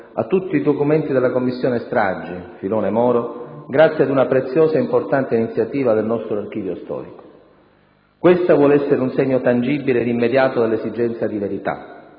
a tutti i documenti della Commissione stragi - filone Moro - grazie ad una preziosa ed importante iniziativa del nostro archivio storico. Questo vuole essere un segno tangibile ed immediato dell'esigenza di verità,